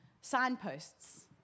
signposts